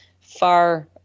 far